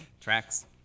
Tracks